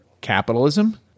capitalism